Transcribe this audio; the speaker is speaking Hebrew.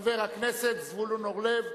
חבר הכנסת זבולון אורלב,